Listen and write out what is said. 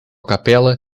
capella